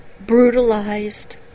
Brutalized